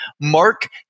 Mark